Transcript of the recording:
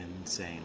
insane